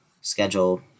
schedule